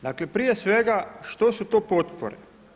Dakle prije svega što su to potpore?